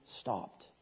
stopped